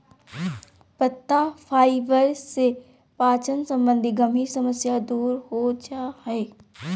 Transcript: पत्ता फाइबर से पाचन संबंधी गंभीर समस्या दूर हो जा हइ